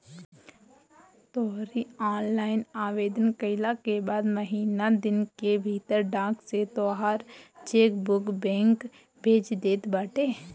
तोहरी ऑनलाइन आवेदन कईला के बाद महिना दिन के भीतर डाक से तोहार चेकबुक बैंक भेज देत बाटे